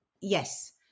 yes